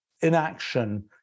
inaction